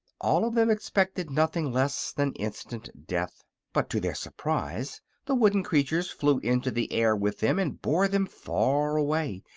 all of them expected nothing less than instant death but to their surprise the wooden creatures flew into the air with them and bore them far away,